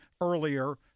earlier